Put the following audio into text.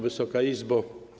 Wysoka Izbo!